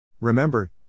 Remember